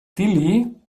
dili